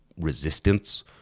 resistance